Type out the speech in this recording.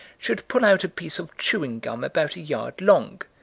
should pull out a piece of chewing gum about a yard long,